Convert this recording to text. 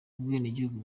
ubwenegihugu